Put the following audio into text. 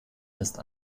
ist